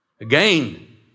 again